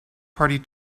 party